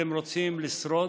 אתם רוצים לשרוד,